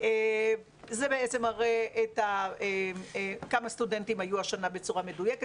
זה בעצם מראה כמה סטודנטים היו השנה בצורה מדויקת.